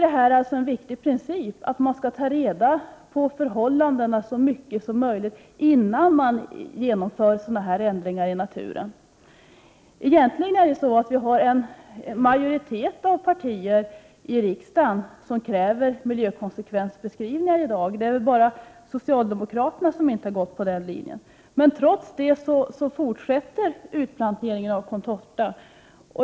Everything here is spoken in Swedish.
Det är en viktig princip att man tar reda på förhållandena så mycket som möjligt innan man genomför sådana här förändringar i naturen. Egentligen kräver en majoritet av riksdagspartierna miljökonsekvensbeskrivningar i dag. Det bara socialdemokraterna som inte gör det. Trots det fortsätter utplantering av contorta.